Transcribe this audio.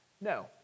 No